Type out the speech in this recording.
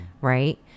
right